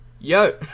Yo